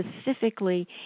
specifically